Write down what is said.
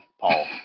Paul